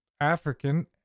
african